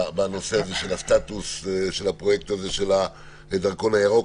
בנושא של סטטוס הפרויקט של הדרכון הירוק.